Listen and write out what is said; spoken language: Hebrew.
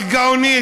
את גאונית,